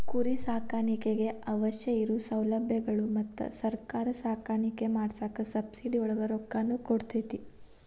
ಕುರಿ ಸಾಕಾಣಿಕೆಗೆ ಅವಶ್ಯ ಇರು ಸೌಲಬ್ಯಗಳು ಮತ್ತ ಸರ್ಕಾರಾ ಸಾಕಾಣಿಕೆ ಮಾಡಾಕ ಸಬ್ಸಿಡಿ ಒಳಗ ರೊಕ್ಕಾನು ಕೊಡತತಿ